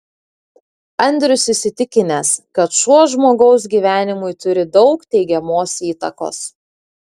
andrius įsitikinęs kad šuo žmogaus gyvenimui turi daug teigiamos įtakos